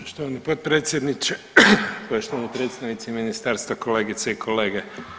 Poštovani potpredsjedniče, poštovani predstavnici ministarstva, kolegice i kolege.